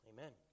Amen